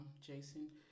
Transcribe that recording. Jason